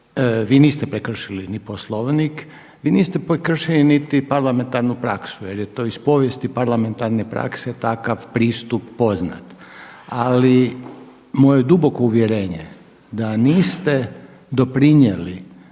vi niste prekršili ni Poslovnik vi niste prekršili niti parlamentarnu praksu jer je to iz povijesti parlamentarne prakse takav pristup poznat. Ali moje duboko uvjerenje da niste doprinijeli